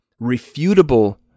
refutable